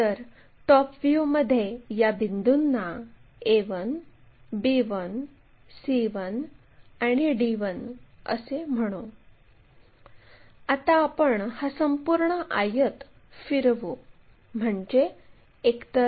त्याचप्रमाणे r2 हा बिंदू q पासून हस्तांतरित करावा लागेल आपण हे पाहू शकतो की हे या बिंदूमध्ये छेदते